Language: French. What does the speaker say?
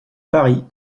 paris